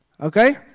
Okay